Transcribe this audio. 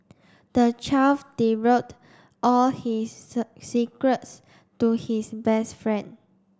the child all his secrets to his best friend